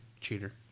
cheater